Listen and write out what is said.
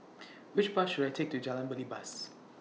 Which Bus should I Take to Jalan Belibas